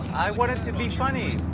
i wanted to be funny.